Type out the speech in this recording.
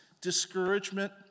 discouragement